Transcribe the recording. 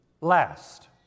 last